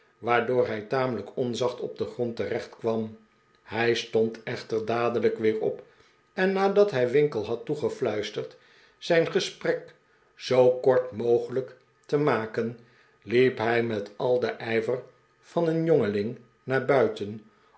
waardoor hij tamelijk onzacht op den grond terechtkwam hij stond echter dadelijk weer op en nadat hij winkle had toegefluisterd zijn gesprek zoo kort mogelijk te maken liep hij met al den ijver van een jongeling naar buiten